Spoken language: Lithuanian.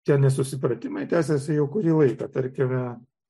tie nesusipratimai tęsiasi jau kurį laiką tarkime